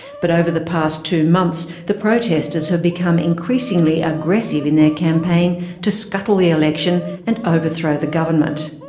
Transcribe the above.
but over the past two months the protesters have become increasingly aggressive in their campaign to scuttle the election and overthrow the government.